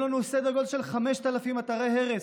יהיה לנו סדר גודל של 5,000 אתרי הרס.